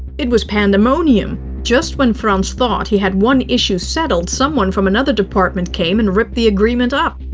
it was pandemonium. just when frans thought he had one issue settled, someone from another department came and ripped the agreement up.